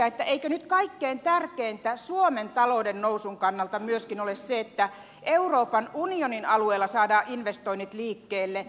eikö nyt kaikkein tärkeintä suomen talouden nousun kannalta myöskin ole se että euroopan unionin alueella saadaan investoinnit liikkeelle